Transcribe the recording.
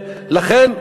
לכן,